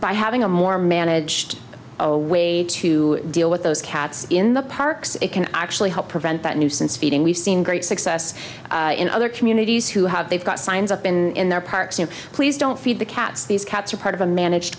by having a more managed a way to deal with those cats in the parks it can actually help prevent that nuisance feeding we've seen great success in other communities who have they've got signs up in their parks and please don't feed the cats these cats are part of a managed